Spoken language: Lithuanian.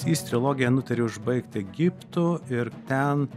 jis trilogiją nutarė užbaigt egiptu ir ten